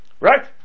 Right